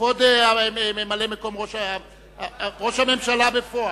כבוד ממלא-מקום ראש הממשלה, ראש הממשלה בפועל,